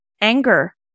anger